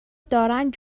دارند